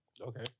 Okay